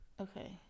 Okay